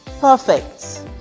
Perfect